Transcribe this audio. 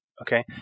Okay